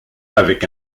avec